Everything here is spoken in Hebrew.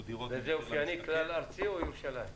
דירות "מחיר למשתכן" --- וזה אופייני כלל ארצי או ירושלים?